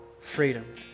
freedom